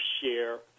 share